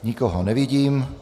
Nikoho nevidím.